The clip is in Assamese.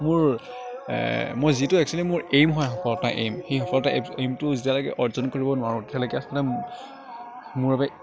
মোৰ মোৰ যিটো এক্সুৱেলি মোৰ এইম হয় সফলতাৰ এইম সেই সফলতাৰ এইম এইমটো যেতিয়ালৈকে অৰ্জন কৰিব নোৱাৰোঁ তেতিয়ালৈকে আচলতে মোৰ বাবে